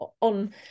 on